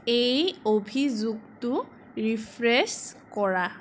এই অভিযোগটো ৰিফ্ৰেছ কৰা